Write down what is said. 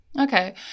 Okay